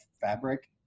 fabric